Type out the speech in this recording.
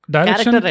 Direction